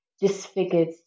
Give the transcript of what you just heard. disfigured